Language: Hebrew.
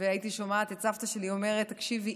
והייתי שומעת את סבתא שלי אומרת: תקשיבי,